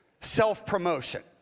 self-promotion